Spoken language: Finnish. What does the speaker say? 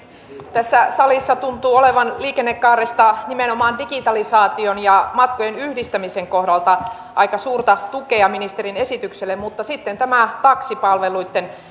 tässä salissa tuntuu olevan liikennekaaresta nimenomaan digitalisaation ja matkojen yhdistämisen kohdalta aika suurta tukea ministerin esitykselle mutta sitten tämä taksipalveluitten